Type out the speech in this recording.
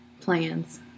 Plans